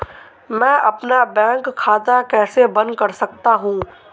मैं अपना बैंक खाता कैसे बंद कर सकता हूँ?